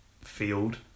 field